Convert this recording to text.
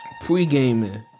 Pre-gaming